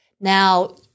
Now